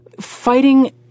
fighting